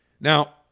Now